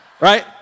right